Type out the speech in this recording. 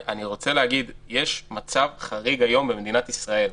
יש מצב חריג היום במדינת ישראל.